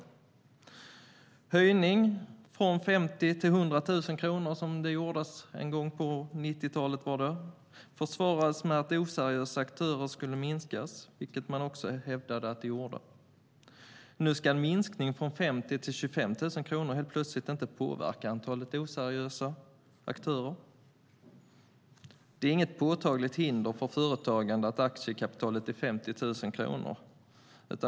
En höjning från 50 000 till 100 000 kronor, som skedde någon gång på 90-talet, försvarades med att antalet oseriösa aktörer skulle minska, och man hävdade att det skedde. Nu ska en minskning från 50 000 till 25 000 kronor helt plötsligt inte påverka antalet oseriösa aktörer. Det är inget påtagligt hinder för företagande att aktiekapitalet är 50 000 kronor.